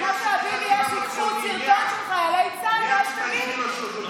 את הפקת סרטון, ה-BDS לקחו אותו והפיצו אותו.